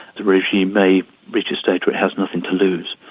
the regime may reach a state where it has nothing to lose.